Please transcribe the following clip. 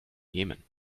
jemen